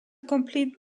complete